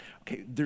okay